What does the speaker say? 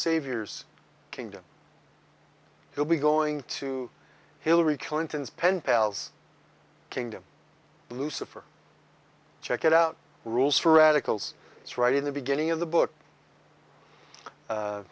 savior kingdom he'll be going to hillary clinton's pen pals kingdom lucifer check it out rules for radicals it's right in the beginning of the book